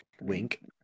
Wink